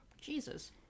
Jesus